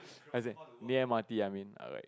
as in there M_R_T I mean alright